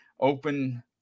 open